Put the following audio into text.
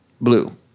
blue